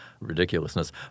ridiculousness